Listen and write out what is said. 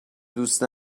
دوست